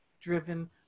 driven